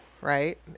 right